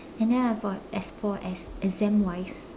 and then I have as for as exam wise